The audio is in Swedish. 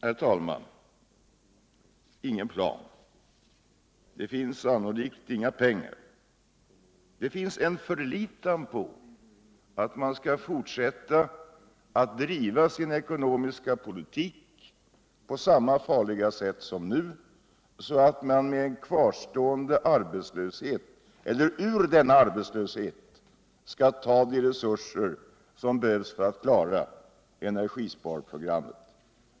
herr talman, ingen plan. sannolikt inga pengar, men det finns en förlitan på att man kan fortsätta att föra sin ekonomiska politik på samma - Nr 154 farliga sätt som nu. så att man ur den kvarstående arbetslösheten skall kunna Fredagen den ta de resurser som är nödvändiga för att klara energisparprogrammet.